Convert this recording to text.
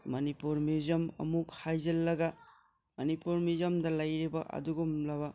Manipur museum ꯑꯃꯨꯛ ꯍꯥꯏꯖꯤꯟꯂꯒ ꯃꯅꯤꯄꯨꯔ ꯃ꯭ꯌꯨꯖꯤꯌꯝꯗ ꯂꯩꯔꯤꯕ ꯑꯗꯨꯒꯨꯝꯂꯕ